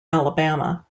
alabama